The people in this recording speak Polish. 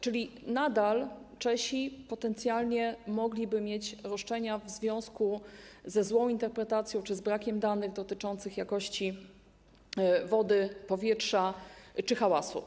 Czyli nadal Czesi, potencjalnie, mogliby mieć roszczenia w związku ze złą interpretacją czy z brakiem danych dotyczących jakości wody, powietrza czy hałasu.